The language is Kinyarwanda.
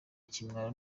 ikimwaro